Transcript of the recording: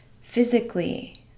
physically